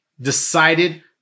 decided